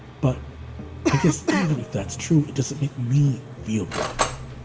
but i guess even if that's true, it doesn't make me feel good.